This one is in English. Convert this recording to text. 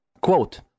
Quote